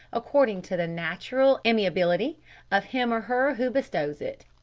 according to the natural amiability of him or her who bestows it.